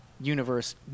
universe